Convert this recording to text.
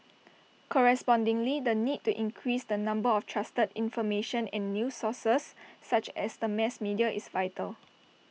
correspondingly the need to increase the number of trusted information and news sources such as the mass media is vital